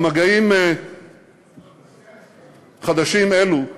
למגעים חדשים אלו יש,